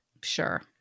Sure